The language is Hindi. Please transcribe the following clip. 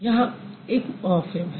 यहाँ एक मॉर्फ़िम है